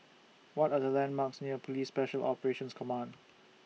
What Are The landmarks near Police Special Operations Command